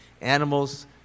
animals